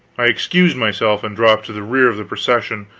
i excused myself and dropped to the rear of the procession,